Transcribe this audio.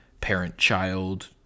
parent-child